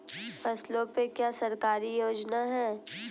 फसलों पे क्या सरकारी योजना है?